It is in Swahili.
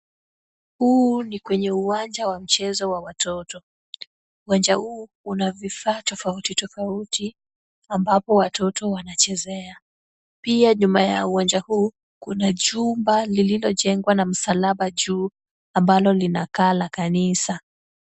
Huu ni kwenye uwanja wa mchezo wa watoto. Uwanja huu una vifaa tofautitofauti ambapo watoto wanachezea. Pia nyuma ya uwanja huu kuna jumba lililojengwa na msalaba juu ambalo linakaa la kanisa.